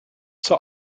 zur